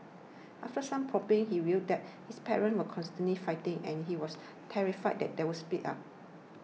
after some probing he revealed that his parents were constantly fighting and he was terrified that they would split up